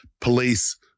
police